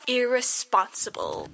irresponsible